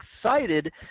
excited